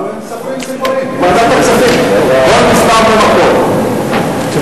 מכיוון שאני מכבד אותך אני אענה לך בכבוד ולא